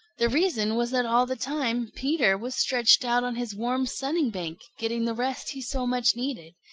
the reason was that all the time peter was stretched out on his warm sunning-bank getting the rest he so much needed.